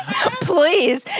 please